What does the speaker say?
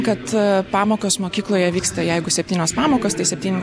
kad pamokos mokykloje vyksta jeigu septynios pamokos tai septyni